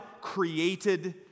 created